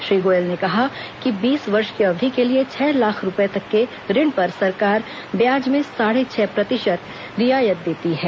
श्री गोयल ने कहा कि बीस वर्ष की अवधि के लिए छह लाख तक के रुपये के ऋण पर सरकार ब्याज में साढ़े छह प्रतिशत रियायत देती है